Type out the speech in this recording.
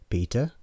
Peter